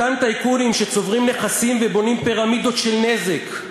אותם טייקונים שצוברים נכסים ובונים פירמידות של נזק,